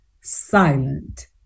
silent